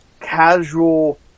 casual